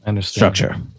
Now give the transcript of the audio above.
structure